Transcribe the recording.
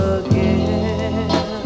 again